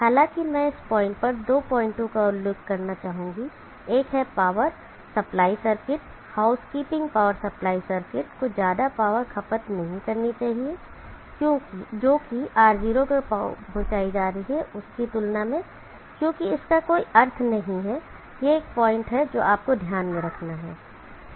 हालांकि मैं इस पॉइंट पर दो पॉइंटो का उल्लेख करना चाहूंगा एक है power supply circuit housekeeping power supply circuit को ज्यादा पावर नहीं खपत करनी चाहिए जो कि R0 को पहुंचाई जा रही है की तुलना में क्योंकि इसका कोई अर्थ नहीं है यह एक पॉइंट है जो आपको ध्यान में रखना है